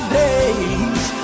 days